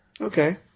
okay